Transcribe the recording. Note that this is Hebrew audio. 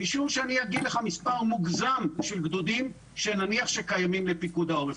משום שאני אגיד לך מספר מוגזם של גדודים שנניח שקיימים לפיקוד העורף.